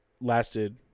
lasted